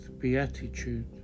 Beatitude